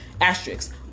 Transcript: asterisks